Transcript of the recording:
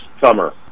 summer